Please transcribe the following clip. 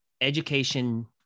education